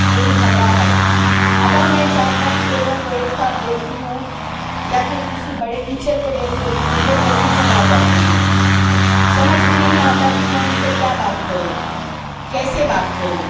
میری گھبراہٹ اگر میں چار پانچ لوگوں کو ایک ساتھ دیکھتی ہوں یا پھر کسی بڑے ٹیچر کو دیکھ لیتی ہوں تو جلدی گھبرا جاتی ہوں سمجھ میں نہیں آتا کہ میں ان سے کیا بات کروں کیسے بات کروں